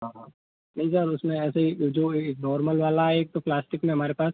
हाँ नहीं सर उसमें ऐसे ही जो ये नॉर्मल वाला है एक तो प्लास्टिक में हमारे पास